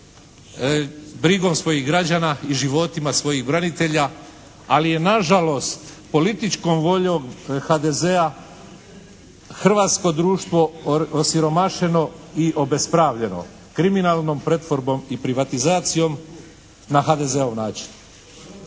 brigom svojih građana i životima svojih branitelja, ali je nažalost političkom voljom HDZ-a hrvatsko društvo osiromašeno i obespravljeno kriminalnom pretvorbom i privatizacijom na HDZ-ov način.